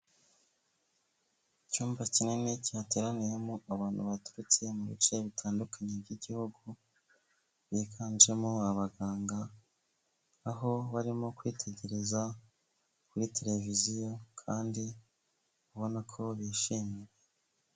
Icyumba kinini cyateraniyemo abantu baturutse mu bice bitandukanye by'igihugu, biganjemo abaganga, aho barimo kwitegereza kuri televiziyo kandi ubona ko bishimimye.